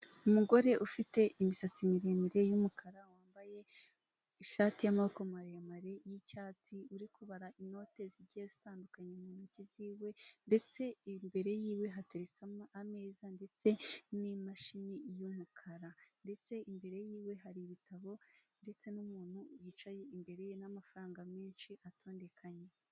Umugore ufite imisatsi miremire y'umukara, wambaye ishati y'amaboko maremare y'icyatsi, uri kubara inote zigiye zitandukanye mu ntoki ziwe ndetse imbere yiwe hateretse ameza ndetse n'imashini y'umukara ndetse imbere yiwe hari ibitabo ndetse n'umuntu yicaye imbere ye n'amafaranga menshi atondekanye.